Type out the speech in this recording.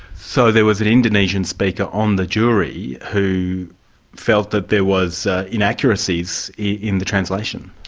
so there was an indonesian speaker on the jury who felt that there was inaccuracies in the translation?